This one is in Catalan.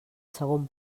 segon